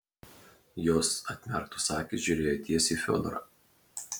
jos atmerktos akys žiūrėjo tiesiai į fiodorą